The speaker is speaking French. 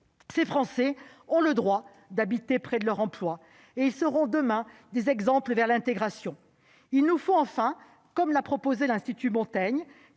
Ces Français ont le droit d'habiter près de leur lieu de travail. Demain, ils seront autant d'exemples pour l'intégration. Il nous faut enfin, comme l'a proposé l'institut Montaigne,